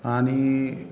आणि